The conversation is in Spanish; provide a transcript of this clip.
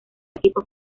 equipos